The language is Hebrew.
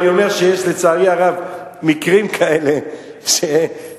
אני אומר שיש לצערי הרב מקרים כאלה שאנשים